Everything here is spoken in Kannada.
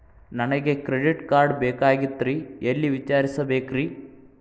ನನಗೆ ಕ್ರೆಡಿಟ್ ಕಾರ್ಡ್ ಬೇಕಾಗಿತ್ರಿ ಎಲ್ಲಿ ವಿಚಾರಿಸಬೇಕ್ರಿ?